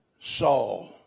Saul